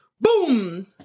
Boom